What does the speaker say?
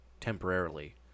temporarily